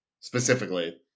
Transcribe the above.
specifically